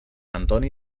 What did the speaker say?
antoni